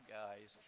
guys